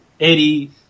Eddie